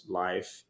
life